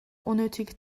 unnötige